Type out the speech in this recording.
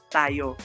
tayo